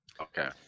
Okay